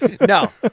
No